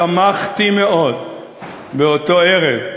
שמחתי מאוד באותו ערב,